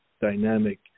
dynamic